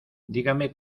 dígame